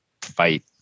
fight